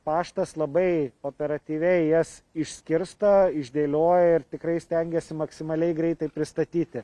paštas labai operatyviai jas išskirsto išdėlioja ir tikrai stengiasi maksimaliai greitai pristatyti